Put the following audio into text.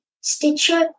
Stitcher